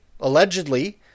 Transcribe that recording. Allegedly